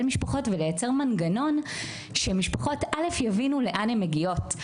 משפחות ולייצר מנגנון שמשפחות א' יבינו לאן הן מגיעות,